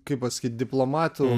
kaip pasakyt diplomatų